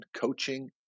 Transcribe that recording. coaching